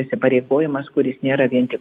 įsipareigojimas kuris nėra vien tik